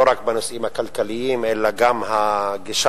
לא רק בנושאים הכלכליים אלא גם את הגישה